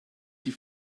die